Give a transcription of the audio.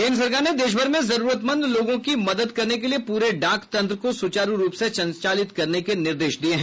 केन्द्र सरकार ने देशभर में जरूरतमंद लोगों की मदद करने के लिए पूरे डाक तंत्र को सुचारू रूप से संचालित करने के निर्देश दिए हैं